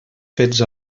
fets